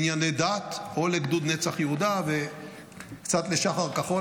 דת, או לגדוד נצח יהודה וקצת לשח"ר כחול.